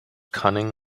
cunning